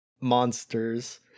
monsters